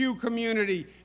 community